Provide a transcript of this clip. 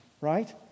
Right